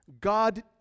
God